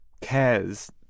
cares